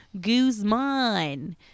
guzman